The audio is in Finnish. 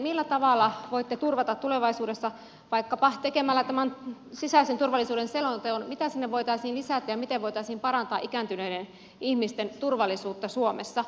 millä tavalla voitte turvata tulevaisuudessa vaikkapa tekemällä tämän sisäisen turvallisuuden selonteon mitä sinne voitaisiin lisätä ja miten voitaisiin parantaa ikääntyneiden ihmisten turvallisuutta suomessa